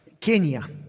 Kenya